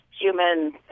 human